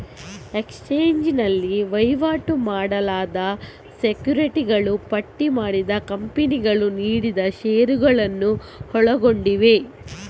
exchange ನಲ್ಲಿ ವಹಿವಾಟು ಮಾಡಲಾದ ಸೆಕ್ಯುರಿಟಿಗಳು ಪಟ್ಟಿ ಮಾಡಿದ ಕಂಪನಿಗಳು ನೀಡಿದ ಷೇರುಗಳನ್ನು ಒಳಗೊಂಡಿವೆ